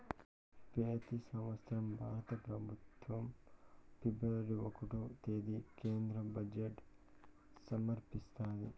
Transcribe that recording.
పెతి సంవత్సరం భారత పెబుత్వం ఫిబ్రవరి ఒకటో తేదీన కేంద్ర బడ్జెట్ సమర్పిస్తాది